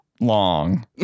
long